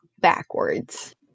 backwards